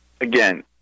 Again